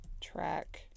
track